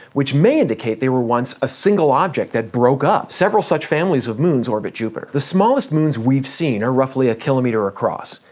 which may indicate they were once a single object that broke up. several such families of moons orbit jupiter. the smallest moons we've seen are roughly a kilometer across.